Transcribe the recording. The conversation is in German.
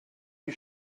die